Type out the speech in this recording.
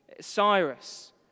Cyrus